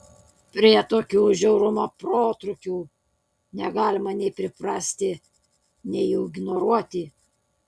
prie tokių žiaurumo protrūkių negalima nei priprasti nei jų ignoruoti